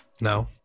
No